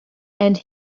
and